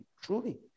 truly